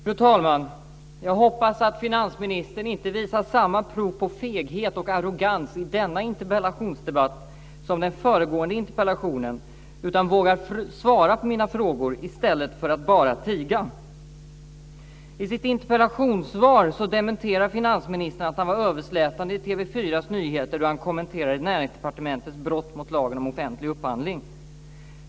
Fru talman! Jag hoppas att finansministern inte visar samma prov på feghet och arrogans i denna interpellationsdebatt som i den föregående utan vågar svara på mina frågor i stället för att bara tiga. I sitt interpellationssvar dementerar finansministern att han var överslätande i TV 4:s nyheter då han kommenterade Näringsdepartementets brott mot lagen om offentlig upphandling.